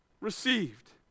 received